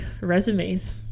resumes